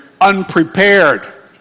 unprepared